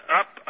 up